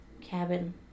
cabin